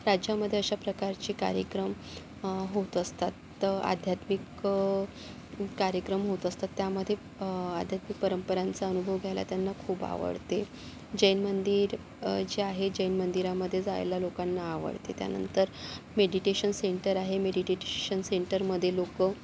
राज्यामध्ये अशा प्रकारचे कार्यक्रम होत असतात त आध्यात्मिक कार्यक्रम होत असतात त्यामध्ये आध्यात्मिक परंपरांचा अनुभव घ्यायला त्यांना खूप आवडते जैन मंदिर जे आहे जैन मंदिरामध्ये जायला लोकांना आवडते त्यानंतर मेडिटेशन सेंटर आहे मेडिटीशन सेंटरमध्ये लोकं